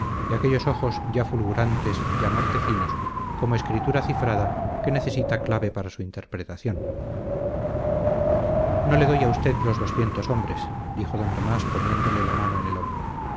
de aquellos ojos ya fulgurantes ya mortecinos como escritura cifrada que necesita clave para su interpretación no le doy a usted los doscientos hombres dijo d tomás poniéndole la mano en el hombro